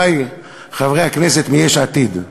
חברי חברי הכנסת מיש עתיד.